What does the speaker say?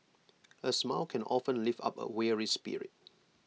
A smile can often lift up A weary spirit